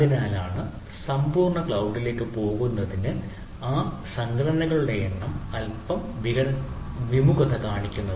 അതിനാലാണ് സമ്പൂർണ്ണ ക്ളൌഡ്ലേക്ക് പോകുന്നതിന് ആ സംഘടനകളുടെ എണ്ണം അൽപ്പം വിമുഖത കാണിക്കുന്നത്